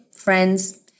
friends